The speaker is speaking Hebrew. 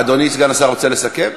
אדוני סגן השר, רוצה לסכם?